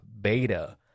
beta